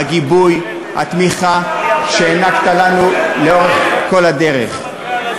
הגיבוי והתמיכה שהענקת לנו לאורך כל הדרך.